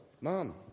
Mom